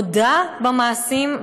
והודה במעשים,